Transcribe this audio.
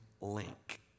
link